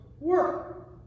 Work